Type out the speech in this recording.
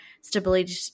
stability